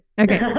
Okay